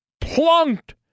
plunked